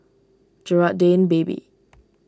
Jerad Dane Baby